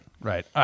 right